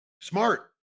Smart